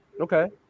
Okay